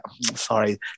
Sorry